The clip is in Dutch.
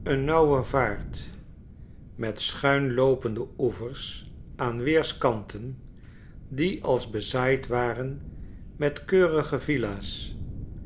nauwe vaart met schuin loopende oevers aan weerskanten die als bezaaid waren met keurige villa's